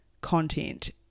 content